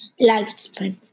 lifespan